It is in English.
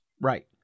Right